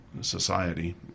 society